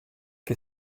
che